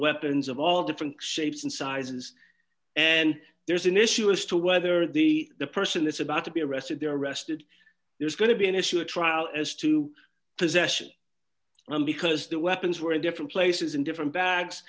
weapons of all different shapes and sizes and there's an issue as to whether the person is about to be arrested they're arrested there's going to be an issue a trial as to possession and because the weapons were in different places in different bags